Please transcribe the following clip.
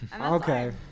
Okay